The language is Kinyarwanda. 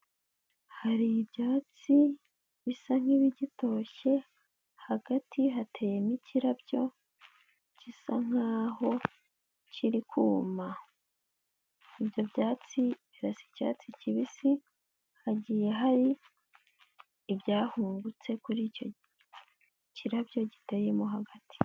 Hari ibyatsi bisa nk'ibigitoshye, hagati hateyemo ikirabyo gisa nkaho kiri kuma, ibyo byatsi birasa icyatsi kibisi, hagiye hari ibyahungutse kuri icyo kirabyo giteyemo hagati.